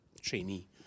trainee